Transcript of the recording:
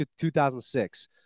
2006